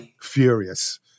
furious